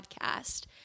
podcast